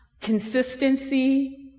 consistency